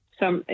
som